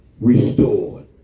Restored